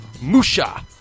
Musha